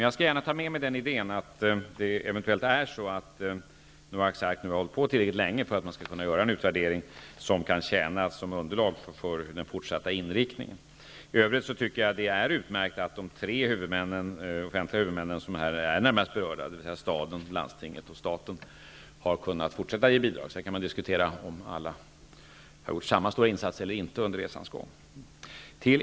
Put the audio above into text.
Jag skall gärna ta med mig idén att Noaks Ark kanske har hållit på tillräckligt länge för att man skall kunna göra en utvärdering som kan tjäna som underlag för den fortsatta inriktningen. För övrigt tycker jag att det är utmärkt att de tre offentliga huvudmännen som är närmast berörda -- staden, landstinget och staten -- har kunnat fortsätta att ge bidrag. Sedan kan man diskutera om alla har gjort lika stora insatser under resans gång.